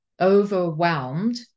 overwhelmed